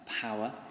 power